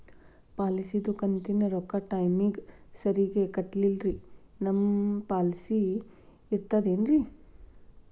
ಪಾಲಿಸಿದು ಕಂತಿನ ರೊಕ್ಕ ಟೈಮಿಗ್ ಸರಿಗೆ ಕಟ್ಟಿಲ್ರಿ ನಮ್ ಪಾಲಿಸಿ ಇರ್ತದ ಏನ್ರಿ?